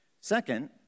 Second